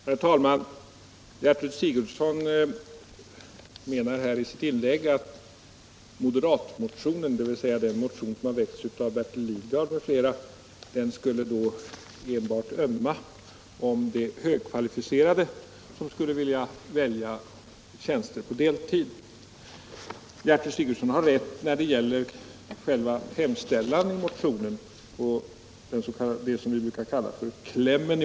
Herr talman! Gertrud Sigurdsen menar i sitt inlägg att moderatmotionen, dvs. den som väckts av Bertil Lidgard m.fl., skulle ömma enbart för de högkvalificerade som skulle vilja välja deltidstjänster. Gertrud Sigurdsen har rätt när det gäller själva hemställan i motionen, det vi brukar kalla klämmen.